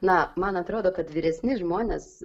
na man atrodo kad vyresni žmonės